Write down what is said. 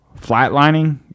flatlining